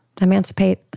emancipate